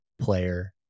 player